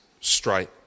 straight